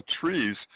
trees